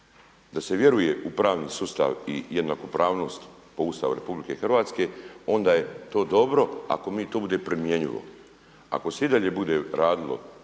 da se vjeruje u pravni sustav i jednakopravnost po Ustavu RH onda je to dobro, ako to bude primjenjivo. Ako se i dalje bude radilo